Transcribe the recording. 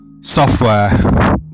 software